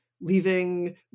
leaving